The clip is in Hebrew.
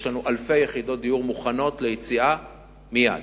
יש לנו אלפי יחידות דיור מוכנות ליציאה מייד.